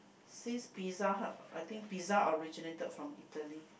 since Pizza Hut I think pizza originated from Italy